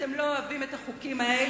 אתם לא אוהבים את החוקים האלה,